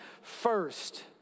first